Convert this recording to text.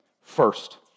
first